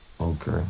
Okay